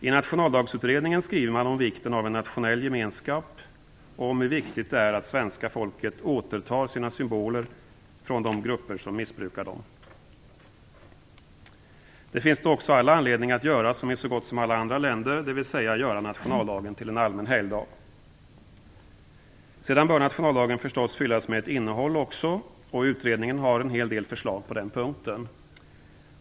I Nationaldagsutredningen skriver man om vikten av en nationell gemenskap och om hur viktigt det är att svenska folket återtar sina symboler från de grupper som missbrukar dem. Det finns då också all anledning att göra som i så gott som alla andra länder, dvs. att göra nationaldagen till en allmän helgdag. Sedan bör nationaldagen förstås fyllas med ett innehåll också, och utredningen har en hel del förslag på den punkten.